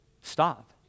stop